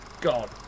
God